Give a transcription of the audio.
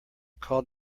called